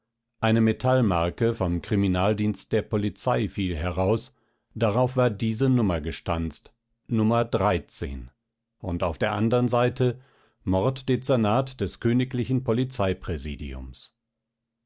eine metallmarke vom kriminaldienst der polizei fiel heraus darauf war diese nummer gestanzt nr und auf der andern seite morddezernat des kgl polizeipräsidiums